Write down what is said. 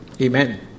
Amen